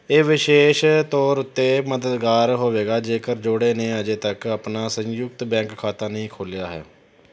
ਇਹ ਵਿਸ਼ੇਸ਼ ਤੌਰ ਉੱਤੇ ਮਦਦਗਾਰ ਹੋਵੇਗਾ ਜੇਕਰ ਜੋੜੇ ਨੇ ਅਜੇ ਤੱਕ ਆਪਣਾ ਸੰਯੁਕਤ ਬੈਂਕ ਖਾਤਾ ਨਹੀਂ ਖੋਲ੍ਹਿਆ ਹੈ